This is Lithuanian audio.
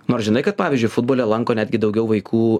nors žinai kad pavyzdžiui futbole lanko netgi daugiau vaikų